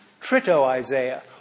Trito-Isaiah